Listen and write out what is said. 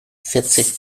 vierzig